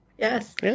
Yes